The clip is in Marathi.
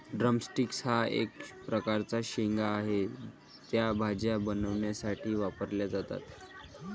ड्रम स्टिक्स हा एक प्रकारचा शेंगा आहे, त्या भाज्या बनवण्यासाठी वापरल्या जातात